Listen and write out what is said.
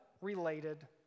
related